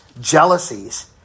jealousies